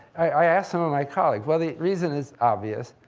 i asked some of my colleagues. well, the reason is obvious,